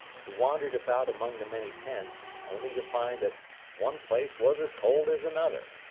he wandered about among the many tents, only to find that one place was as cold as another.